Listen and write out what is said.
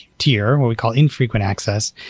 tier, what we call infrequent access,